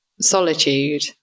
solitude